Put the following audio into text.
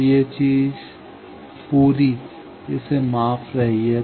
तो यह पूरी चीज इसे माप रही है